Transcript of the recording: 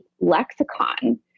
lexicon